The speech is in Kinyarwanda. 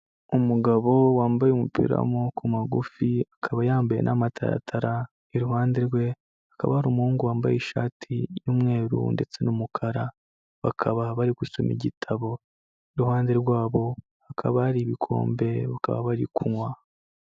Umugabo wambaye umupira w'amaboko magufi, akaba yambaye n'amataratara, iruhande rwe, hakaba hari umuhungu wambaye ishati y'umweru ndetse n'umukara, bakaba bari gusoma igitabo, iruhande rwabo hakaba hari ibikombe, bakaba bari kunywa.